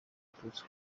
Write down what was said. abatutsi